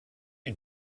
are